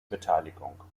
beteiligung